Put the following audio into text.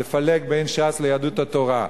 לפלג בין ש"ס ליהדות התורה,